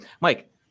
mike